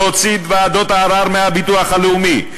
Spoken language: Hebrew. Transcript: להוציא את ועדות הערר מהביטוח הלאומי,